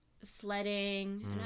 sledding